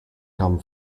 come